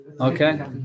Okay